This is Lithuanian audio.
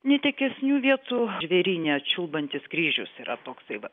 netikėsnių vietų žvėryne čiulbantis kryžius yra toksai vat